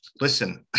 listen